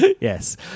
Yes